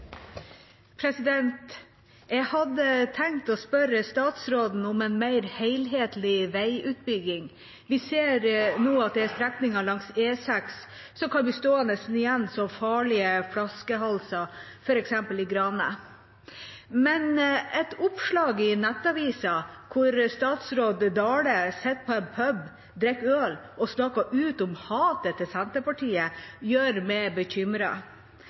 næringslivet. Jeg hadde tenkt å spørre statsråden om en mer helhetlig veiutbygging. Vi ser nå at det er strekninger langs E6 som kan bli stående igjen som farlige flaskehalser, f.eks. i Grane. Men et oppslag i Nettavisen, der statsråd Dale sitter på en pub, drikker øl og snakker ut om hatet mot Senterpartiet, gjør meg